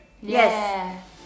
Yes